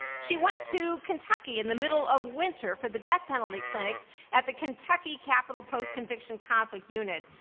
she went to kentucky in the middle of winter for the death penalty clinic at the kentucky capital post-conviction conflict unit,